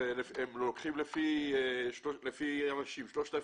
הם לוקחים לפי ראשים.